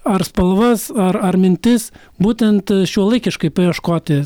ar spalvas ar ar mintis būtent šiuolaikiškai paieškoti